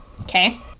okay